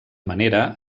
manera